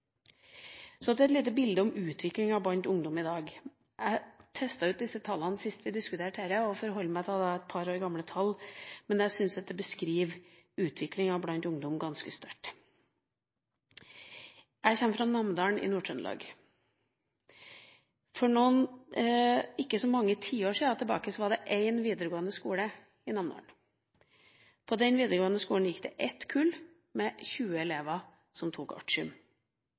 Så til et lite bilde om utviklinga blant ungdom i dag. Jeg testet ut disse tallene sist vi diskuterte dette, og jeg forholder meg til et par år gamle tall, men jeg syns det beskriver utviklinga blant ungdom ganske godt. Jeg kommer fra Namdal i Nord-Trøndelag. For ikke så mange tiår siden var det én videregående skole i Namdal. På den videregående skolen var det ett kull med 20 elever som tok artium.